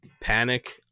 Panic